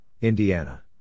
Indiana